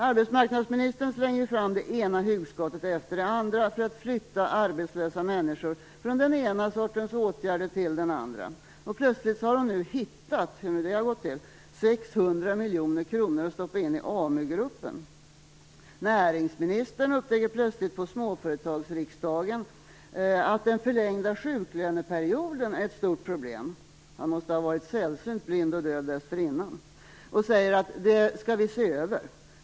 Arbetsmarknadsministern slänger fram det ena hugskottet efter det andra för att flytta arbetslösa människor från den ena sortens åtgärder till den andra. Plötsligt har hon nu hittat - hur nu det har gått till - 600 miljoner kronor att stoppa in i AMU-gruppen. Näringsministern upptäcker plötsligt på småföretagsriksdagen att den förlängda sjuklöneperioden är ett stort problem - han måste ha varit sällsynt blind och döv dessförinnan - och säger att "Det skall vi se över".